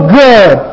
good